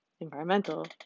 environmental